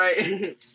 right